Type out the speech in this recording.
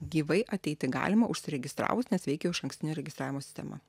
gyvai ateiti galima užsiregistravus nes veikia jau išankstinio registravimo sistema